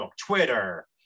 twitter